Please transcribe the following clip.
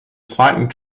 zweiten